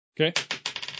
Okay